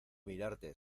mirarte